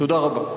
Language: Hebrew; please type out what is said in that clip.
תודה רבה.